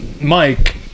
Mike